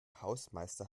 hausmeister